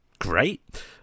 great